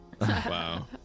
wow